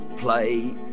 Play